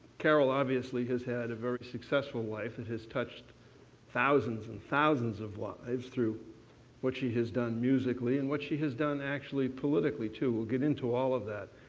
carole obviously has had a very successful life that has touched thousands and thousands of lives through what she has done musically and what she has done actually politically, too. we'll get into all of that.